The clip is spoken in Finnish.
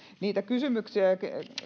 niitä kysymyksiä ja